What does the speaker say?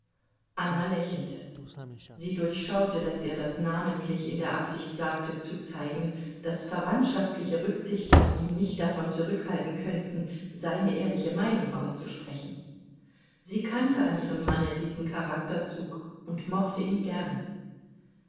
anna lächelte sie durchschaute daß er das namentlich in der absicht sagte zu zeigen daß verwandtschaftliche rücksichten ihn nicht davon zurückhalten könnten seine ehrliche meinung auszusprechen sie kannte an ihrem manne diesen charakterzug und mochte ihn gern